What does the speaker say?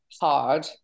hard